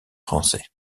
français